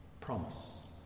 Promise